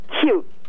Cute